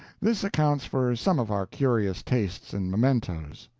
this accounts for some of our curious tastes in mementos.